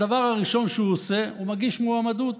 הדבר הראשון שהוא עושה, הוא מגיש מועמדות.